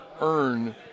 earn